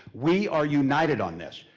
we are united on this.